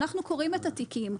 אנחנו קוראים את התיקים,